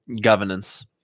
governance